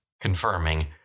confirming